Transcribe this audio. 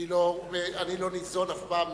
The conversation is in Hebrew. אני לא ניזון אף פעם מהעיתון,